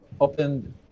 opened